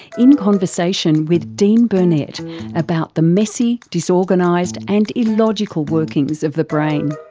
in conversation with dean burnett about the messy, disorganised and illogical workings of the brain.